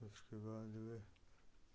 उसके बाद वे